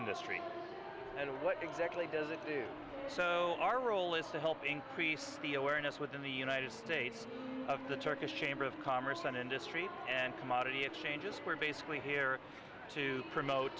industry and what exactly does it do so our role is to help increase the awareness within the united states of the turkish chamber of commerce and industry and commodity exchanges were basically here to promote